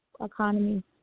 economy